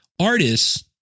artists